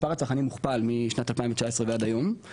מספר הצרכנים הוכפל משנת 2019 ועד היום,